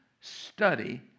study